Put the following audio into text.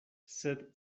sed